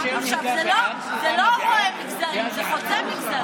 עכשיו, זה לא המגזרים, זה חוצה מגזרים.